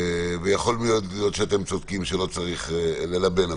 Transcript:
ויכול להיות מאוד שאתם צודקים שלא צריך אפילו ללבן,